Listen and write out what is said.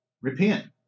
repent